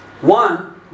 One